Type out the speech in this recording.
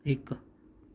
ਇੱਕ